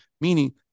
Meaning